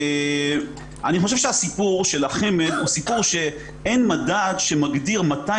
אני חושב שהסיפור של החמ"ד הוא סיפור שאין מדד שמגדיר מתי